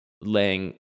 laying